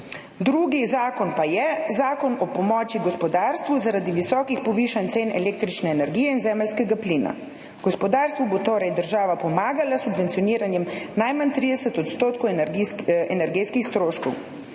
Drugi zakon pa je Zakon o pomoči gospodarstvu zaradi visokih povišanj cen električne energije in zemeljskega plina. Gospodarstvu bo torej država pomagala s subvencioniranjem najmanj 30 % energetskih stroškov.